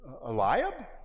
Eliab